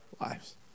lives